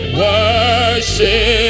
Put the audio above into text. worship